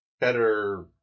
better